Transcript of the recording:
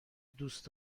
دوست